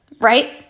right